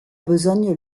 besogne